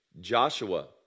Joshua